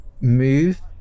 move